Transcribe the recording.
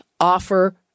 offer